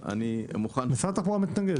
משרד התחבורה מתנגד.